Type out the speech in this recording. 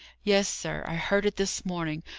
yes, sir, i heard it this morning,